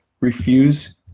refuse